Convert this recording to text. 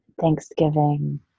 Thanksgiving